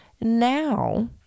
Now